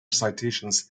citations